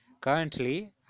currently